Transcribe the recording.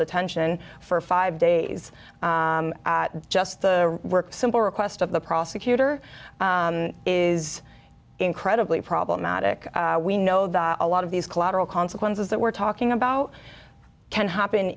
detention for five days just the simple request of the prosecutor is incredibly problematic we know that a lot of these collateral consequences that we're talking about can happen